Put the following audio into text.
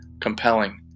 compelling